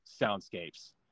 soundscapes